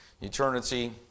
eternity